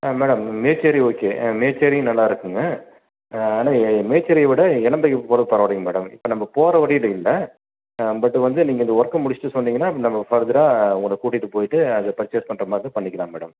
ஆ madam Mecheri okay ஆ மேச்சேரி நல்லாயிருக்குங்க ஆனால் மேச்சேரி விட இளம்பிள்ளைக்கு போவது பரவாயில்லீங்க மேடம் இப்போ நம்ம போகிற வழி இல்லை பட் வந்து நீங்கள் இந்த ஒர்க்கை முடிச்சுட்டு சொன்னீங்கன்னால் நம்ம ஃபர்தராக உங்களை கூட்டிகிட்டு போய்விட்டு அது பர்ச்சேஸ் பண்ணுற மாதிரி இருந்தால் பண்ணிக்கலாம் மேடம்